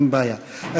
אין בעיה.